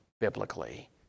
biblically